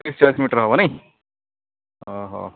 ତିରିଶି ଚାଳିଶି ମିଟର୍ ହବ ନାହିଁ ଓହୋ